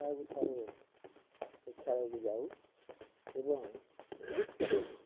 ସପ୍ତାହକୁ ଥରେ ପ୍ରେକ୍ଷାଳୟକୁ ଯାଉ ଏବଂ